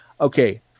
okay